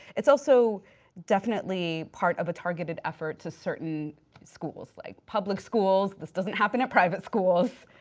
it is also definitely part of a targeted effort to certain schools. like public schools, this doesn't happen at private schools.